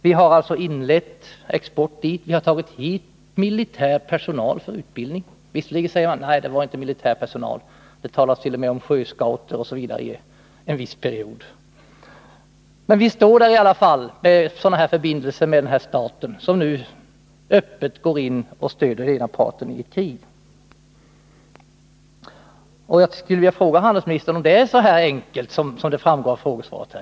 Vi har inlett export av krigsmateriel dit. Vi har tagit hit militär personal därifrån för utbildning. Visserligen säger man att det inte var militär personal, och det talades under en viss period t.o.m. om sjöscouter i sammanhanget, men vi har i alla fall förbindelse med denna stat som nu öppet går in och stöder den ena parten i ett krig. Jag skulle vilja fråga handelsministern om det är så här enkelt som det verkar av frågesvaret.